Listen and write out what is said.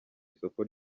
isoko